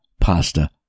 pasta